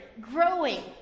growing